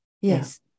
Yes